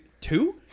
Two